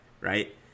right